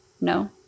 No